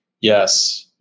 Yes